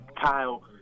Kyle